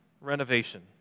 renovation